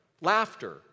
Laughter